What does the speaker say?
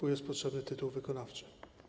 Tu jest potrzebny tytuł wykonawczy.